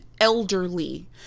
elderly